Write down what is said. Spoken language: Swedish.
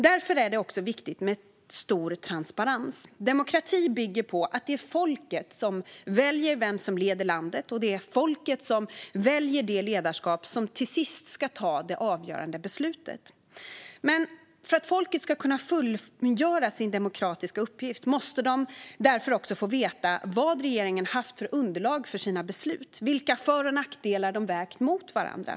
Det är därför viktigt med stor transparens. Demokrati bygger på att det är folket som väljer vem som ska leda landet och att det är folket som väljer det ledarskap som till sist ska ta det avgörande beslutet. Men för att folket ska kunna fullgöra sin demokratiska uppgift måste de få veta vad regeringen har haft för underlag för sina beslut och vilka för och nackdelar som vägts mot varandra.